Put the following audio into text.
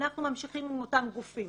אנחנו ממשיכים עם אותם גופים.